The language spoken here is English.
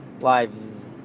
...lives